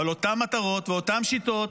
אבל אותן מטרות ואותן שיטות